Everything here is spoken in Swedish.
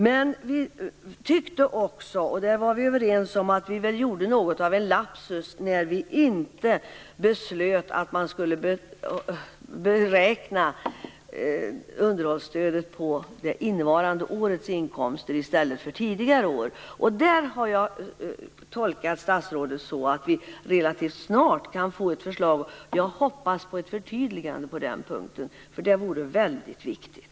Vi var också överens om att vi gjorde något av en lapsus när vi inte beslutade att underhållsstödet skulle beräknas på innevarande års inkomster i stället för tidigare års. Där har jag tolkat statsrådet så att vi relativt snart kan få ett förslag. Jag hoppas på ett förtydligande på den punkten, för det vore väldigt viktigt.